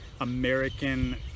American